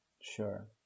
sure